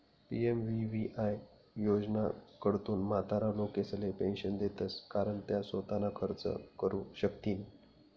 PMVVY योजनाकडथून म्हातारा लोकेसले पेंशन देतंस कारण त्या सोताना खर्च करू शकथीन